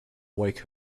wake